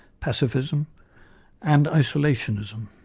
pacifism and isolationism.